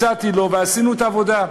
הצעתי לו, ועשינו את העבודה,